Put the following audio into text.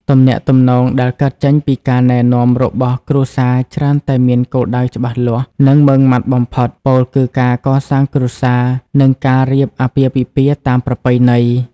ទំនាក់ទំនងដែលកើតចេញពីការណែនាំរបស់គ្រួសារច្រើនតែមានគោលដៅច្បាស់លាស់ និងម៉ឺងម៉ាត់បំផុត ពោលគឺការកសាងគ្រួសារ និងការរៀបអាពាហ៍ពិពាហ៍តាមប្រពៃណី។